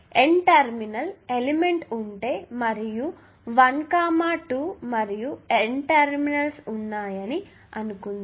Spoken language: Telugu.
N టెర్మినల్ ఎలిమెంట్ ఉంటే మరియు 1 2 మరియు N టెర్మినల్స్ ఉన్నాయని అనుకుందాం